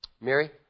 Mary